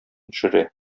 төшерә